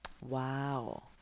Wow